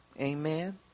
Amen